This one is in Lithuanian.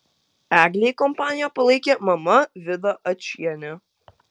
eglei kompaniją palaikė mama vida ačienė